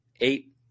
eight